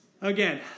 again